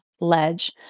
ledge